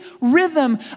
rhythm